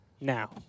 now